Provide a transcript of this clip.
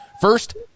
First